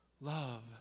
love